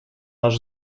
наш